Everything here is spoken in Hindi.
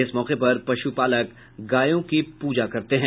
इस मौके पर पशुपालक गायों की पूजा करते हैं